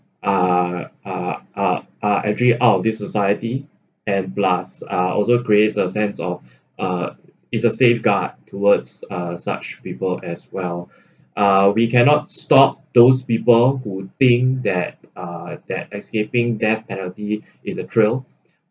uh uh uh uh actually out of this society and plus uh also creates a sense of uh is a safeguard towards uh such people as well uh we cannot stop those people who think that uh that escaping death penalty is a thrill